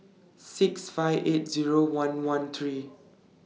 six five eight Zero one one three